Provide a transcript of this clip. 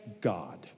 God